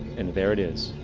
and there it is,